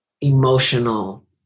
emotional